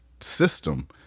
system